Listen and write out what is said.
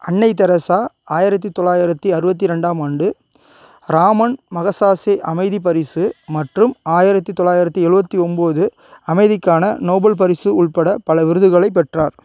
அன்னை தெரசா ஆயிரத்தி தொள்ளாயரத்தி அறுபத்தி ரெண்டாம் ஆண்டு ராமன் மகசாசே அமைதிப் பரிசு மற்றும் ஆயிரத்தி தொள்ளாயிரத்தி ஏழுபத்தி ஒம்போது அமைதிக்கான நோபுல் பரிசு உட்பட பல விருதுகளை பெற்றார்